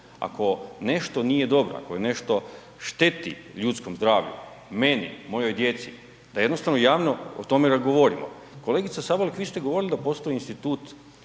ako nešto nije dobro, ako je nešto šteti ljudskom zdravlju, meni, mojoj djeci, da jednostavno javno o tome govorimo. Kolegica Sabolek vi ste govorili da postoji institut